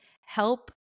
Help